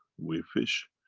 we fish.